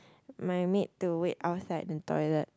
my maid to wait outside the toilet